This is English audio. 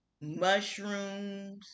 mushrooms